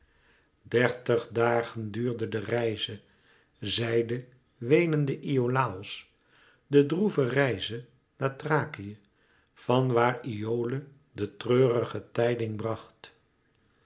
dertig dagen duurde de reize zeide weenende iolàos de droeve reize naar thrakië van waar iole de treurige tijding bracht